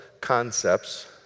concepts